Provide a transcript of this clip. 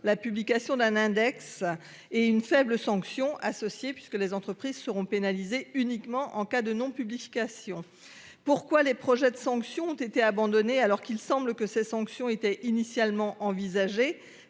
La publication d'un index et une faible sanction associée puisque les entreprises seront pénalisés uniquement en cas de non-publication. Pourquoi les projets de sanctions ont été abandonnés, alors qu'il semble que ces sanctions étaient initialement envisagée,